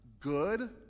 Good